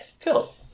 cool